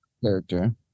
character